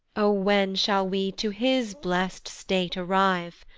o when shall we to his blest state arrive?